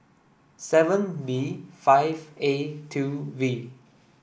seven B five A two V